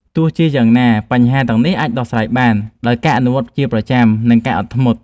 ទោះជាយ៉ាងណា បញ្ហាទាំងនេះអាចដោះស្រាយបានដោយការអនុវត្តជាប្រចាំ និងការអត់ធ្មត់។